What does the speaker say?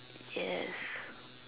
yes